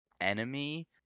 enemy